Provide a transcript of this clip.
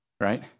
right